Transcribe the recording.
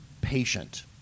patient